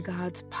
God's